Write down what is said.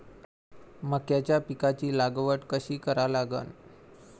मक्याच्या पिकाची लागवड कशी करा लागन?